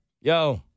Yo